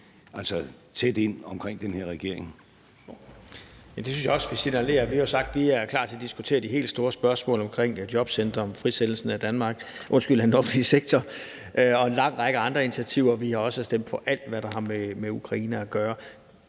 Kl. 15:49 Søren Pape Poulsen (KF): Det synes jeg også vi signalerer. Vi har jo sagt, at vi er klar til at diskutere de helt store spørgsmål om jobcentre, frisættelsen af den offentlige sektor og en lang række andre initiativer. Vi har også stemt for alt, hvad der har med Ukraine at gøre.